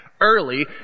early